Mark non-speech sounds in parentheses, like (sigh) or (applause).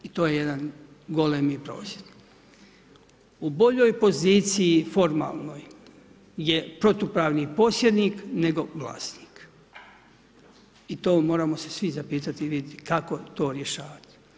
I to je jedan golemi … (unintelligible) U boljoj poziciji formalnoj je protupravni posjednik nego vlasnik i to moramo se svi zapitati i vidjeti kako to rješavati.